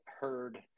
heard